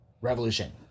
Revolution